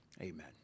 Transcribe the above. Amen